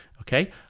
Okay